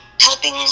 helping